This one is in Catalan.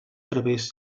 través